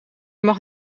mag